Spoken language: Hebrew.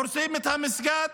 הורסים את המסגד,